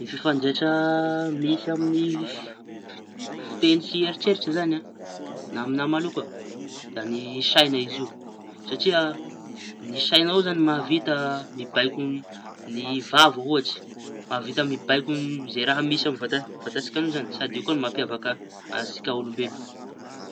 Ny fifandraisa misy amin'y fi- fiteñy sy eritseritsy zañy a! Na amiña manokaña da saiña izy io satria ny saiñao zañy mahavita mibaiko ny vava. Ohatsy mahavita mibaiko izay raha misy amy vatantsika io zañy sady io koa no mampiavaka antsika olombelo.